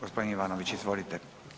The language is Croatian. Gospodin Ivanović, izvolite.